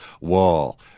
wall